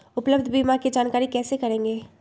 उपलब्ध बीमा के जानकारी कैसे करेगे?